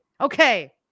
Okay